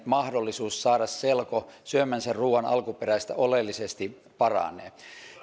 mahdollisuus saada selko syömänsä ruoan alkuperästä oleellisesti paranee